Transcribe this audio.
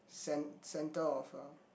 cen~ centre of a